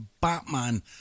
Batman